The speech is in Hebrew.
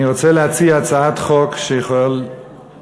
אני רוצה להציע הצעת חוק שיכולה לחסוך למדינת ישראל לא רק מיליארדים